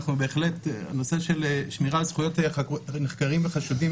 הנושא של שמירה על זכויות נחקרים וחשודים